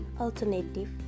alternative